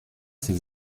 ses